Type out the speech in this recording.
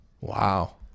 Wow